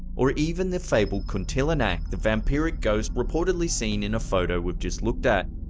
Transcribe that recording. or even the fabled kuntilanak, the vampiric ghost reportedly seen in a photo we've just looked at.